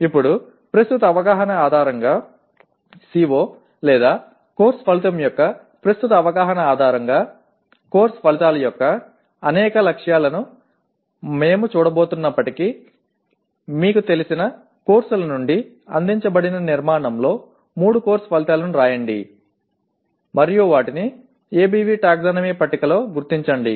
ఇప్పుడు ప్రస్తుత అవగాహన ఆధారంగా CO లేదా కోర్సు ఫలితం యొక్క ప్రస్తుత అవగాహన ఆధారంగా కోర్సు ఫలితాల యొక్క అనేక లక్షణాలను మేము చూడబోతున్నప్పటికీ మీకు తెలిసిన కోర్సుల నుండి అందించబడిన నిర్మాణంలో మూడు కోర్సు ఫలితాలను రాయండి మరియు వాటిని ABV టాక్సానమీ పట్టికలో గుర్తించండి